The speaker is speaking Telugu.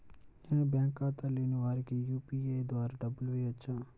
నేను బ్యాంక్ ఖాతా లేని వారికి యూ.పీ.ఐ ద్వారా డబ్బులు వేయచ్చా?